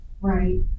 right